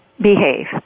behave